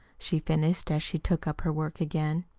she finished, as she took up her work again.